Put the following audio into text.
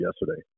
yesterday